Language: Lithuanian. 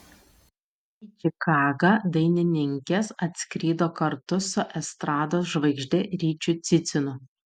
į čikagą dainininkės atskrido kartu su estrados žvaigžde ryčiu cicinu